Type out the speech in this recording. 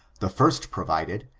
the first provided,